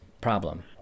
problem